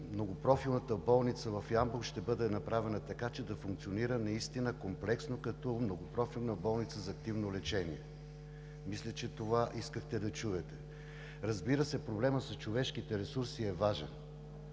Многопрофилната болница в Ямбол ще бъде направена така, че да функционира наистина комплексно като Многопрофилна болница за активно лечение. Мисля, че това искахте да чуете. Разбира се, проблемът с човешкия ресурс е важен.